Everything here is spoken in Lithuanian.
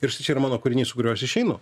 ir štai čia yra mano kūrinys su kuriuo aš išeinu